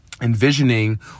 envisioning